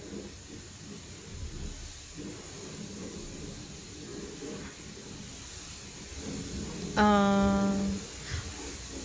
err